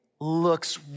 looks